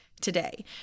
today